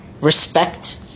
respect